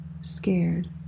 scared